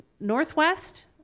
Northwest